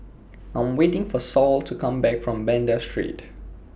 I Am waiting For Saul to Come Back from Banda Street